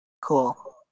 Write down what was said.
cool